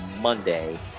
Monday